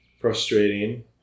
frustrating